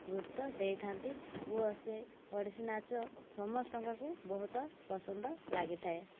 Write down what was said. ଗୁରୁତ୍ୱ ଦେଇଥାନ୍ତି ଓ ସେ ଓଡ଼ିଶୀ ନାଚ ସମସ୍ତଙ୍କୁ ବହୁତ ପସନ୍ଦ ଲାଗିଥାଏ